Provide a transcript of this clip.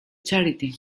charity